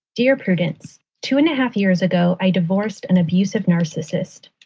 dear prudence, two and a half years ago, i divorced an abusive narcissist.